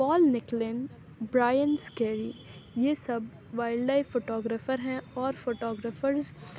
پول Nicklen Brian Skerry یہ سب wildlife photographer ہیں اور فوٹوگرافرز